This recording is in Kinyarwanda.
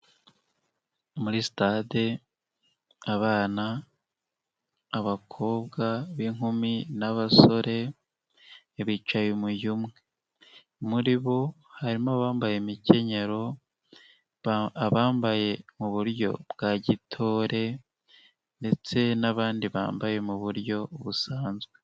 Muri stade abana, abakobwa b'inkumi n'abasore bicaye umujyo umwe, muri bo harimo abambaye imikenyero, abambaye mu buryo bwa gitore ndetse n'abandi bambaye mu buryo busanzwe.